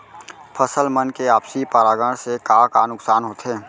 फसल मन के आपसी परागण से का का नुकसान होथे?